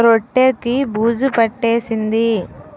రొట్టె కి బూజు పట్టేసింది